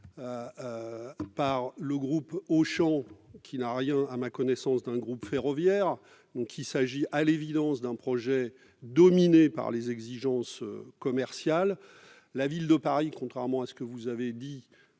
par le groupe Auchan, qui n'a rien, à ma connaissance, d'un groupe ferroviaire ... Il s'agit donc à l'évidence d'un projet dominé par les exigences commerciales. Contrairement à ce que vous avez